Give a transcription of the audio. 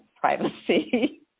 privacy